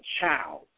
child